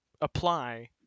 apply